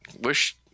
wish